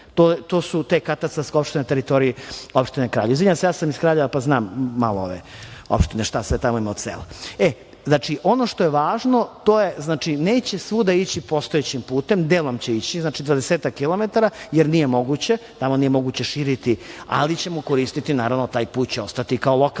To su te katastarske opštine na teritoriji opštine Kraljevo. Izvinjavam se, ja sam iz Kraljeva, pa znam malo ove opštine šta sve tamo ima od sela. Znači, ono što je važno neće svuda ići postojećim putem, delom će ići, dvadesetak kilometara, jer nije moguće, tamo nije moguće širiti, ali ćemo koristiti naravno, taj put će ostati kao lokalni